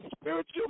spiritual